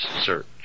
search